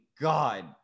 God